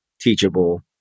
teachable